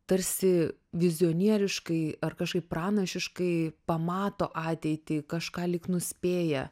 tarsi vizionieriškai ar kažkaip pranašiškai pamato ateitį kažką lyg nuspėja